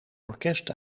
orkest